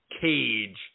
cage